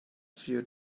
few